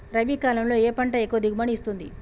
రబీ కాలంలో ఏ పంట ఎక్కువ దిగుబడి ఇస్తుంది?